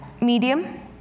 Medium